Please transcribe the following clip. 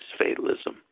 fatalism